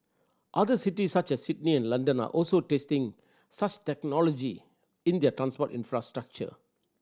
other cities such as Sydney and London are also testing such technology in their transport infrastructure